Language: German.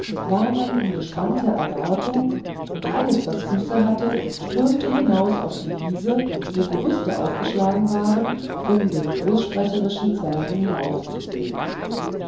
war man in gespannter erwartung und alles was füße hatte strömte hinaus auf die wiese wo gerüste aufgeschlagen waren um den großsprecherischen zwerg laufen zu sehen